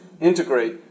integrate